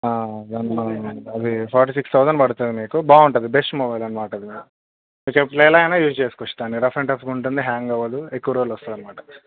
దాన్ని మనం అది ఫోర్టీ సిక్స్ థౌజండ్ పడుతుంది మీకు బాగుంటుంది బెస్ట్ మొబైల్ అన్నమాట అది మీకు ఎలా అయినా యూజ్ చేసుకోవచ్చు దానిని రఫ్ అండ్ టఫ్గా ఉంటుంది హ్యాంగ్ అవ్వదు ఎక్కువ రోజులు వస్తుంది అన్నమాట